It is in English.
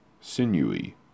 sinewy